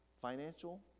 financial